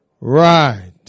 Right